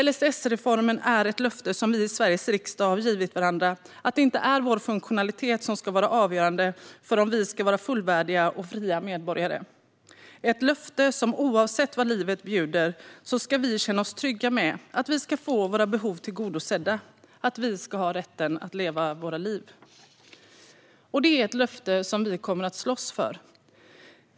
LSS-reformen är ett löfte som vi i Sveriges riksdag har givit varandra om att det inte är vår funktionalitet som ska vara avgörande för om vi ska få vara fullvärdiga och fria medborgare. Den är ett löfte om att vi, oavsett vad livet bjuder, ska känna oss trygga med att vi ska få våra behov tillgodosedda och att vi ska ha rätten att leva våra liv. Det är ett löfte som vi kommer att slåss för.